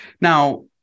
Now